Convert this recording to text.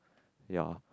ya